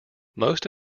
most